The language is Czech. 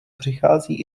přichází